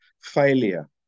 failure